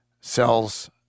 sells